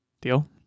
Deal